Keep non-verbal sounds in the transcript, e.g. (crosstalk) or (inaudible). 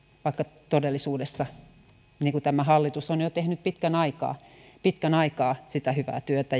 vaikka todellisuudessa tämä hallitus on jo tehnyt pitkän aikaa pitkän aikaa sitä hyvää työtä (unintelligible)